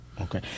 Okay